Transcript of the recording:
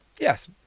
Yes